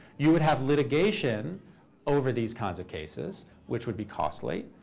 you would have litigation over these kinds of cases, which would be costly.